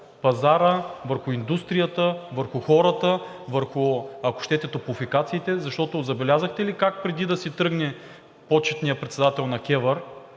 пазара, върху индустрията, върху хората, върху, ако щете, топлофикациите. Забелязахте ли как, преди да си тръгне, почетният председател на